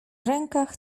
rękach